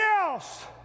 else